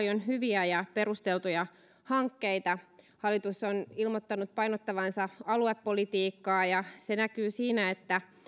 hyviä ja perusteltuja hankkeita hallitus on ilmoittanut painottavansa aluepolitiikkaa ja se näkyy siinä että